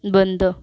बंद